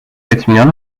اطمینان